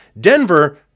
Denver